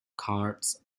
cards